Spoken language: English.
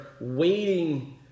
waiting